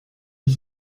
het